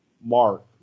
Mark